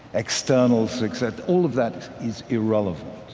externals, etc, all of that is irrelevant.